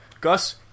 Gus